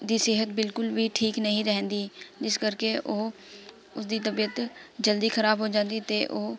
ਦੀ ਸਿਹਤ ਬਿਲਕੁਲ ਵੀ ਠੀਕ ਨਹੀਂ ਰਹਿੰਦੀ ਜਿਸ ਕਰਕੇ ਉਹ ਉਸਦੀ ਤਬੀਅਤ ਜਲਦੀ ਖ਼ਰਾਬ ਹੋ ਜਾਂਦੀ ਅਤੇ ਉਹ